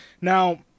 Now